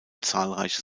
zahlreiche